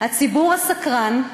הציבור הסקרן,